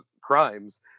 crimes